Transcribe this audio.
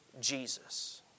Jesus